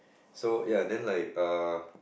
so ya then like err